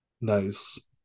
nice